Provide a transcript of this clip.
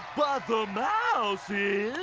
but the mouse is.